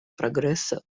прогресса